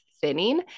thinning